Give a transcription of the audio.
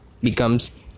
becomes